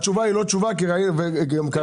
התשובה היא לא תשובה מה גם שקראנו אותה.